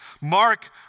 Mark